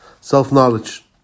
Self-knowledge